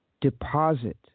Deposit